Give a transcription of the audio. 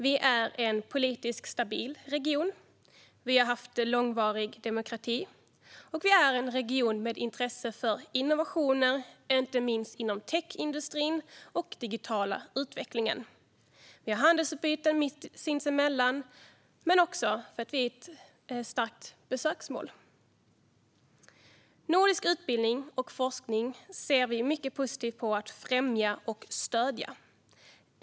Vi är en politiskt stabil region, vi har haft långvarig demokrati, vi är en region med intresse för innovationer, inte minst inom techindustrin och digital utveckling, vi har handelsutbyten sinsemellan och vi är också ett starkt besöksmål. Nordisk utbildning och forskning ser vi mycket positivt på att främja och stödja.